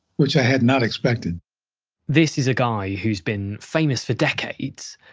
which i had not expected this is a guy who has been famous for decades,